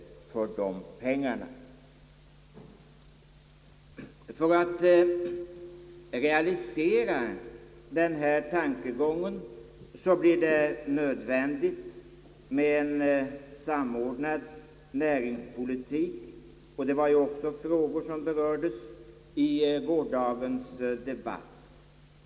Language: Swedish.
För att realisera den tankegången blir det nödvändigt med en samordnad näringspolitik — frågor som berördes i gårdagens debatt.